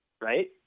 right